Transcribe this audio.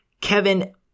Kevin